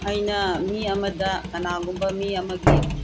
ꯑꯩꯅ ꯃꯤ ꯑꯃꯗ ꯀꯅꯥꯒꯨꯝꯕ ꯃꯤ ꯑꯃꯒꯤ